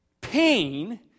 pain